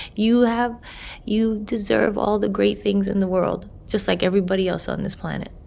you have you deserve all the great things in the world just like everybody else on this planet.